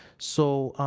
so,